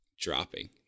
dropping